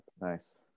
nice